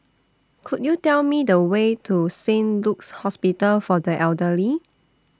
Could YOU Tell Me The Way to Saint Luke's Hospital For The Elderly